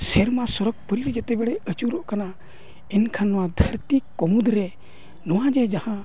ᱥᱮᱨᱢᱟ ᱥᱚᱨᱚᱜᱽ ᱯᱩᱨᱤ ᱡᱮᱛᱮ ᱵᱮᱲᱮ ᱟᱹᱪᱩᱨᱚᱜ ᱠᱟᱱᱟ ᱮᱱᱠᱷᱟᱱ ᱱᱚᱣᱟ ᱫᱷᱟᱹᱨᱛᱤ ᱠᱚ ᱢᱩᱫᱽ ᱨᱮ ᱱᱚᱣᱟ ᱡᱮ ᱡᱟᱦᱟᱸ